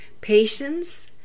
patience